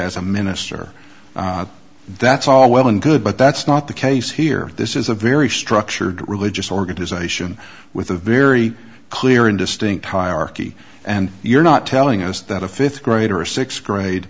as a minister that's all well and good but that's not the case here this is a very structured religious organization with a very clear and distinct hierarchy and you're not telling us that a fifth grader a sixth grade